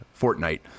Fortnite